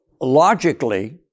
logically